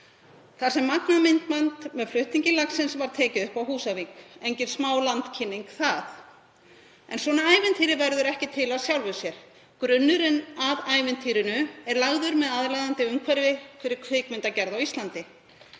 Magnað myndband með flutningi lagsins var tekið upp á Húsavík. Engin smávegis landkynning það. En svona ævintýri verður ekki til af sjálfu sér. Grunnurinn að ævintýrinu er lagður með aðlaðandi umhverfi fyrir kvikmyndagerð á Íslandi.